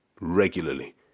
regularly